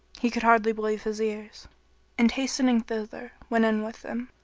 he could hardly believe his ears and hastening thither, went in with them.